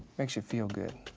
makes you feel good.